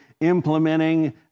implementing